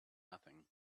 nothing